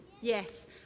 Yes